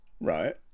Right